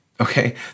Okay